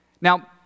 Now